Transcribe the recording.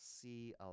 see